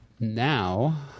Now